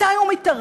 מתי הוא מתערב?